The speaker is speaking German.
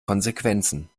konsequenzen